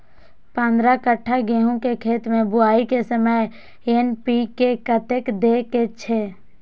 पंद्रह कट्ठा गेहूं के खेत मे बुआई के समय एन.पी.के कतेक दे के छे?